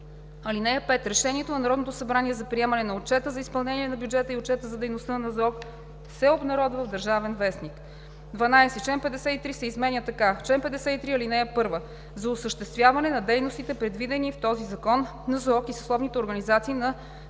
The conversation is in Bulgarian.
година. (5) Решението на Народното събрание за приемане на отчета за изпълнение на бюджета и отчета за дейността на НЗОК се обнародва в „Държавен вестник“.“ 12. Чл. 53 се изменя така: „Чл. 53 (1) За осъществяване на дейностите, предвидени в този закон, НЗОК и съсловните организации на